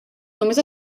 només